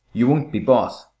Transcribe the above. you won't be bought.